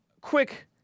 quick